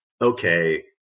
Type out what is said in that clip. okay